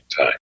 time